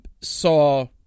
saw